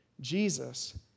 Jesus